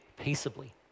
peaceably